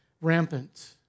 rampant